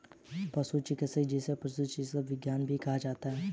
पशु चिकित्सा, जिसे पशु चिकित्सा विज्ञान भी कहा जाता है